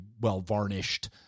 well-varnished